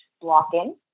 blocking